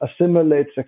assimilates